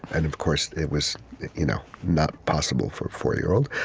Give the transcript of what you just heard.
and of course, it was you know not possible for a four-year-old.